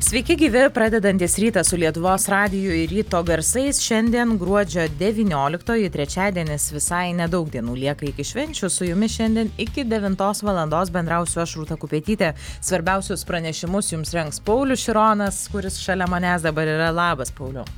sveiki gyvi pradedantys rytą su lietuvos radiju ir ryto garsais šiandien gruodžio devynioliktoji trečiadienis visai nedaug dienų lieka iki švenčių su jumis šiandien iki devintos valandos bendrausiu aš rūta kupetytė svarbiausius pranešimus jums rengs paulius šironas kuris šalia manęs dabar yra labas pauliau